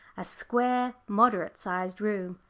a square moderate-sized-room,